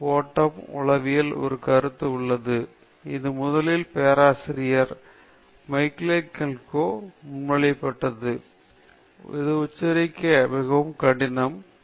ஓட்டம் உளவியல் ஒரு கருத்து உள்ளது இது முதலில் பேராசிரியர் மிஹலிய சிசிஸ்கிந்த்மஹைலியால் முன்மொழியப்பட்டது இந்த பெயர் உச்சரிக்க மிகவும் கடினமான பெயர்